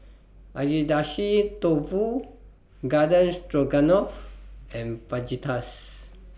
Agedashi Dofu Garden Stroganoff and Fajitas